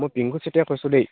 মই পিংকু চেতিয়াই কৈছোঁ দেই